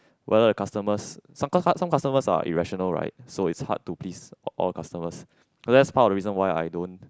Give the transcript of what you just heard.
whereas the customers some cus~ some customers are irrational right so it's hard to please all the customers so that's part of the reasons why I don't